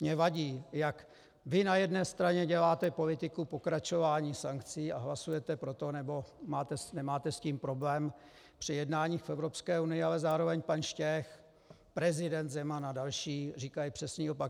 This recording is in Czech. Mně vadí, jak vy na jedné straně děláte politiku pokračování sankcí a hlasujete pro to, nebo nemáte s tím problém při jednáních v Evropské unii, ale zároveň pan Štěch, prezident Zeman a další říkali přesný opak.